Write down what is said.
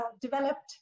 developed